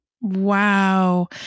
Wow